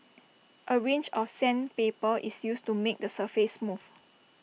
A range of sandpaper is used to make the surface smooth